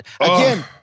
again